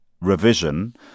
revision